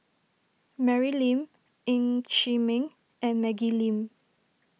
Mary Lim Ng Chee Meng and Maggie Lim